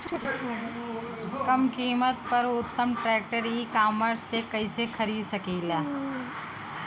कम कीमत पर उत्तम ट्रैक्टर ई कॉमर्स से कइसे खरीद सकिले?